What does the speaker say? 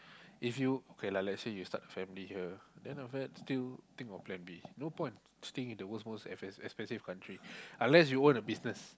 if you okay lah let's say you start a family here then after that still think of plan B no point staying in the world's most expensive expensive country unless you own a business